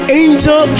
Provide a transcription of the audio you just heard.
angel